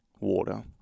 water